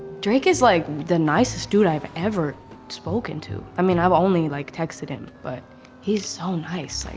drake is like, the nicest dude i've ever spoken to. i mean, i've only like, texted him, but he's so nice. like,